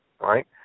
right